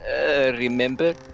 remember